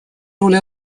роль